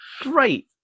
great